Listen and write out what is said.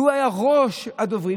שהיה ראש הדוברים,